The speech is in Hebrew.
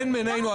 אין בינינו.